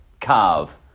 carve